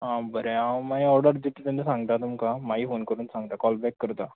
आ बरें आंव मागीर ऑर्डर दित तेन्ना सांगता तुमकां माई फोन करून सांगता कॉल बॅक करता